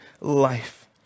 life